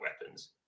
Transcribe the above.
weapons